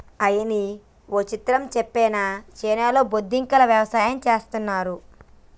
అయ్యనీ ఓ విచిత్రం సెప్పనా చైనాలో బొద్దింకల యవసాయం చేస్తున్నారు